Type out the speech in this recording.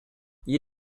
you